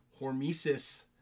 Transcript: Hormesis